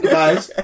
guys